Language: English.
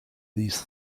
these